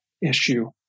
issue